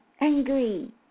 Angry